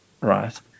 right